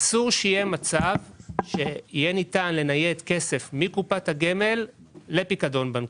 אסור שיהיה מצב שיהיה ניתן לנייד כסף מקופת הגמל לפיקדון בנקאי.